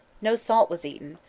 no salt was eaten,